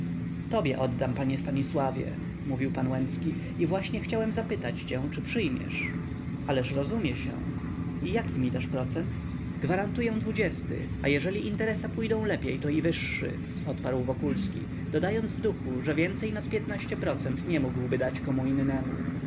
tobie oddam panie stanisławie mówił pan łęcki i właśnie chciałem zapytać cię czy przyjmiesz ależ rozumie się i jaki mi dasz procent gwarantuję dwudziesty a jeżeli interesa pójdą lepiej to i wyższy odparł wokulski dodając w duchu że więcej nad piętnaście procent nie mógłby dać komu innemu